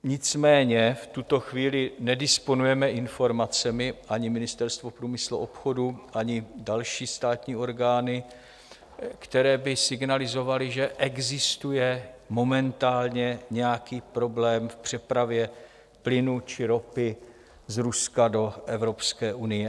Nicméně v tuto chvíli nedisponujeme informacemi ani Ministerstvo průmyslu a obchodu ani další státní orgány které by signalizovaly, že existuje momentálně nějaký problém v přepravě plynu či ropy z Ruska do Evropské unie.